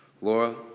Laura